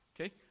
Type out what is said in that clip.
Okay